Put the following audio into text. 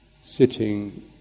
sitting